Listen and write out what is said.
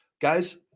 guys